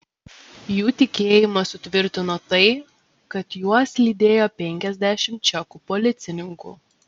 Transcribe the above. jų tikėjimą sutvirtino tai kad juos lydėjo penkiasdešimt čekų policininkų